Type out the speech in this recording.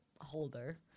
holder